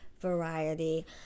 variety